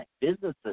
businesses